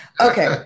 Okay